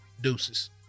Deuces